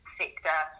sector